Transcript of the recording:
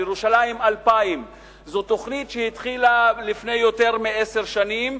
"ירושלים 2000". זו תוכנית שהתחילה לפני יותר מעשר שנים,